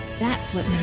that's what